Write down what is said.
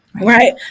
Right